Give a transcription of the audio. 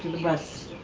yes,